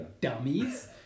dummies